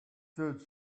did